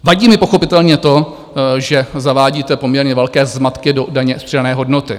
Vadí mi pochopitelně to, že zavádíte poměrně velké zmatky do daně z přidané hodnoty.